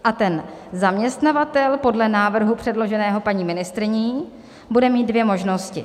A ten zaměstnavatel podle návrhu předloženého paní ministryní bude mít dvě možnosti.